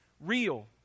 real